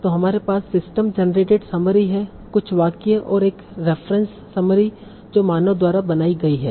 तों हमारे पास सिस्टम जनरेटेड समरी है कुछ वाक्य और एक रेफ़रेंस समरी जो मानव द्वारा बनाई गई है